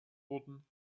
wurden